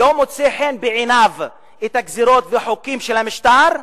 לא מוצאים חן בעיניו הגזירות והחוקים של המשטר,